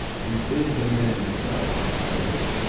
and bid the men themselves, if they wish,